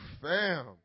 fam